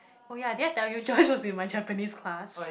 oh ya did I tell you Joyce was in my Japanese class